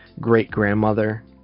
great-grandmother